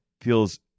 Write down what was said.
Feels